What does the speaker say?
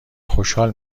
خوشحال